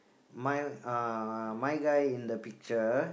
my uh my guy in the picture